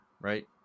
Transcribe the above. right